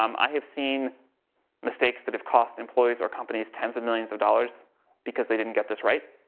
um i have seen mistakes that have cost employees or companies tens of millions of dollars because they didn't get this right.